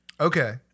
Okay